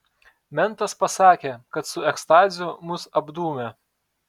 mentas pasakė kad su ekstazių mus apdūmė